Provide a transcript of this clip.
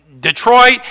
Detroit